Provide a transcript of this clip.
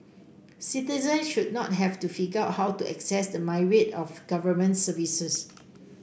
citizens should not have to figure how to access the myriad of Government services